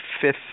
fifth